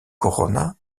corona